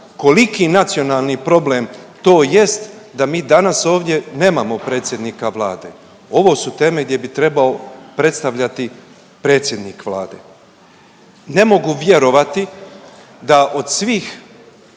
koliki nacionalni problem to jest da mi danas ovdje nemamo predsjednika Vlade, ovo su teme gdje bi trebao predstavljati predsjednik Vlade. Ne mogu vjerovati da od svih